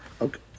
Okay